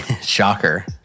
Shocker